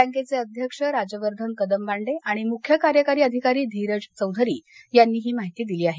बँकेचे अध्यक्ष राजवर्धन कदमबांडे आणि मुख्य कार्यकारी अधिकारी धीरज चौधरी यांनी ही माहिती दिली आहे